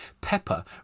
pepper